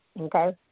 Okay